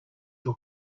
your